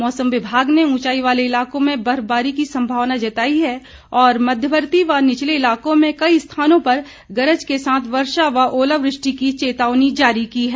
मौसम विभाग ने उंचाई वाले इलाकों में बर्फबारी की संभावना जताई है और मध्यवर्तीय व निचले इलाकों में कई स्थानों पर गरज के साथ वर्षा व ओलावृष्टि की चेतावनी जारी की है